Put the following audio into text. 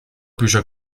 bücher